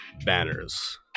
banners